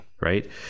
Right